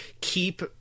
keep